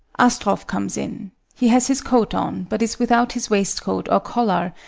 astroff comes in. he has his coat on, but is without his waistcoat or collar,